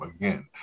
Again